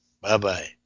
Bye-bye